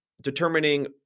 determining